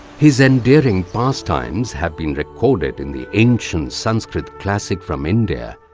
his endearing pastimes have been recorded, in the ancient sanskrit classic from india,